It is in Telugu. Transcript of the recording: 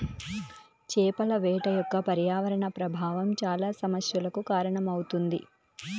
చేపల వేట యొక్క పర్యావరణ ప్రభావం చాలా సమస్యలకు కారణమవుతుంది